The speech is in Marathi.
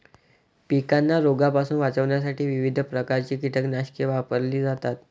पिकांना रोगांपासून वाचवण्यासाठी विविध प्रकारची कीटकनाशके वापरली जातात